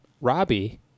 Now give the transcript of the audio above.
Robbie